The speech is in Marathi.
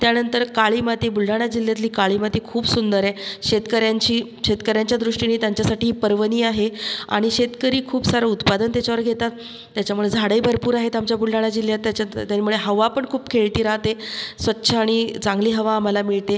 त्यानंतर काळी माती बुलढाणा जिल्ह्यातली काळी माती खूप सुंदर आहे शेतकऱ्यांची शेतकऱ्यांच्या दृष्टीने त्यांच्यासाठी पर्वणी आहे आणि शेतकरी खूप सारं उत्पादन त्याच्यावर घेतात त्याच्यामुळे झाडंही भरपूर आहेत आमच्या बुलढाणा जिल्ह्यात त्याच्यात त्याहीमुळे हवा पण खूप खेळती राहते स्वच्छ आणि चांगली हवा आम्हाला मिळते